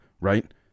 right